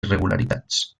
irregularitats